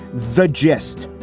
the gist?